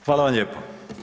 Hvala vam lijepo.